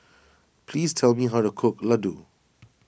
please tell me how to cook Ladoo